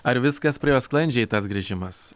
ar viskas praėjo sklandžiai tas grįžimas